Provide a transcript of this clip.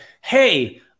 hey